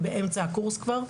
הן באמצע הקורס כבר.